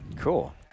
Cool